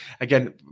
again